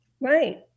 Right